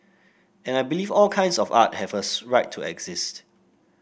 and I believe all kinds of art have a right to exist